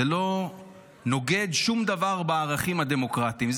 זה לא נוגד שום דבר בערכים הדמוקרטיים.